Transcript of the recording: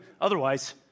Otherwise